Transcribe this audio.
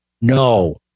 no